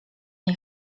nie